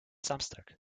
samstag